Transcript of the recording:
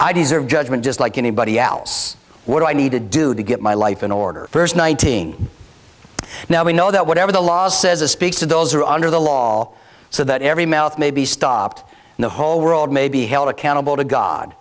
i deserve judgment just like anybody else what do i need to do to get my life in order first nineteen now we know that whatever the law says a speaks to those who are under the law so that every mouth may be stopped and the whole world may be held accountable to god